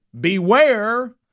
Beware